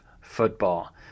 football